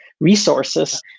resources